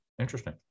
Interesting